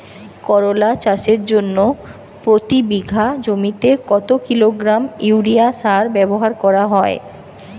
করলা চাষের জন্য প্রতি বিঘা জমিতে কত কিলোগ্রাম ইউরিয়া সার ব্যবহার করা হয়?